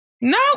no